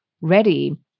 ready